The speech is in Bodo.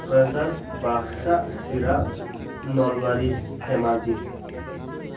क'क्राझार बाक्सा चिरां नलबारि धेमाजि